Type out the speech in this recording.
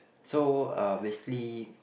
so uh basically